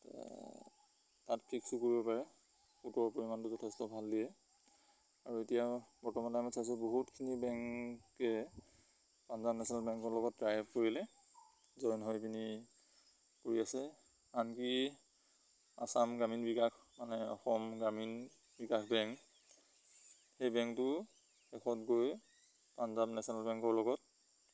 তাত ফিক্সো কৰিব পাৰে সোটৰৰ পৰিমাণটো যথেষ্ট ভাল দিয়ে আৰু এতিয়া বৰ্তমান মই চাইছোঁ বহুতখিনি বেংকে পাঞ্জাৱ নেশচ্যনেল বেংকৰ লগত ট্ৰাইপ কৰিলে জইন হৈ পিনি কৰি আছে আনকি আসাম গ্ৰামীণ বিকাশ মানে অসম গ্ৰামীণ বিকাশ বেংক সেই বেংকটো শষত গৈ পাঞ্জাৱ নেশচনেল বেংকৰ লগত